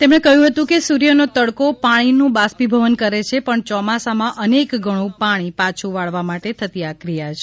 તેમણે કહ્યુ હતું કે સુર્થનો તડકો પાણીનું બાષ્પીભવન કરે છે પણ ચોમાસામાં અનેક ગણુ પાણી પાછુ વાળવા માટે થતી આ ક્રિયા છે